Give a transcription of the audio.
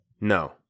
no